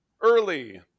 early